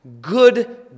good